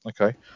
okay